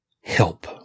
help